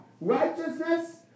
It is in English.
righteousness